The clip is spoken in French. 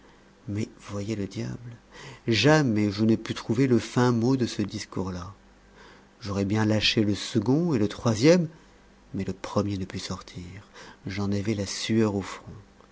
mais voyez le diable jamais je ne pus trouver le fin mot de ce discours là j'aurais bien lâché le second et le troisième mais le premier ne put sortir j'en avais la sueur au front